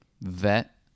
vet